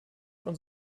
und